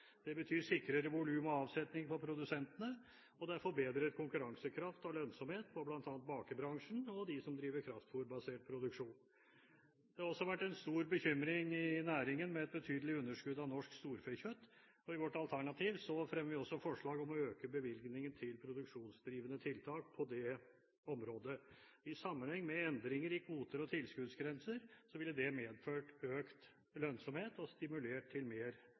Det betyr sikrere volum og avsetning for produsentene, og det er forbedret konkurransekraft og lønnsomhet for bl.a. bakebransjen og de som driver kraftfôrbasert produksjon. Det har også vært en stor bekymring i næringen for et betydelig underskudd av norsk storfekjøtt. I vårt alternativ fremmer vi også forslag om å øke bevilgningen til produksjonsdrivende tiltak på det området. I sammenheng med endringer i kvoter og tilskuddsgrenser ville det medført økt lønnsomhet og stimulert til mer